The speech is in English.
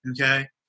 okay